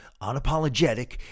unapologetic